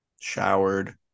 showered